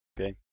Okay